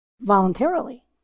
voluntarily